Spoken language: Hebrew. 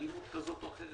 אלימות כזאת או אחרת,